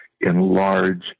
enlarge